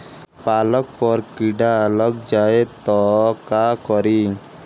पालक पर कीड़ा लग जाए त का करी?